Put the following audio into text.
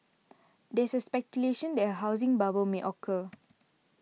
there is speculation that a housing bubble may occur